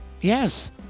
Yes